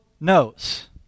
knows